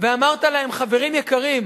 ואמרת להם: חברים יקרים,